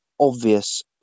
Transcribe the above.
obvious